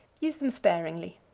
use them sparingly.